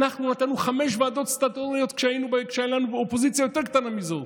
אנחנו נתנו חמש ועדות סטטוטוריות כשהייתה לנו אופוזיציה יותר קטנה מזו.